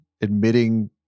admitting